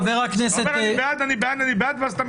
--- אתה אומר "אני בעד", "אני בעד", "אני בעד",